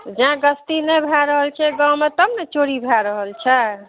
जेँ गस्ती नहि भए रहल छै गाममे तब ने चोरी भए रहल छै